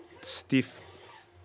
stiff